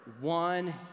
one